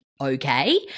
okay